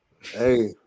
Hey